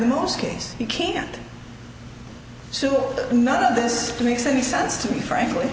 the last case he can't see none of this makes any sense to me frankly